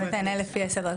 באמת נענה לפי הסדר.